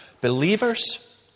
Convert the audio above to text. believers